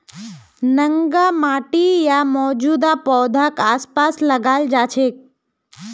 नंगा माटी या मौजूदा पौधाक आसपास लगाल जा छेक